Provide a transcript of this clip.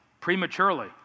prematurely